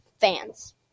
fans